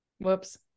Whoops